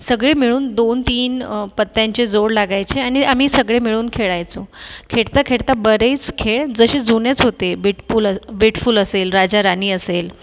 सगळे मिळून दोनतीन पत्त्यांचे जोड लागायचे आणि आम्ही सगळे मिळून खेळायचो खेळताखेळता बरेच खेळ जसे जुनेच होते बीटफुल वीटफुल असेल राजाराणी असेल